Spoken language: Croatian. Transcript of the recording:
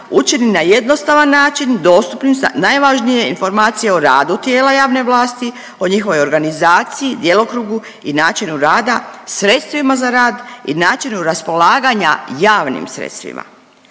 učinjen na jednostavan način dostupnim za najvažnije informacije o radu tijela javne vlasti, o njihovoj organizaciji, djelokrugu i načinu rada, sredstvima za rad i načinu raspolaganja javnim sredstvima.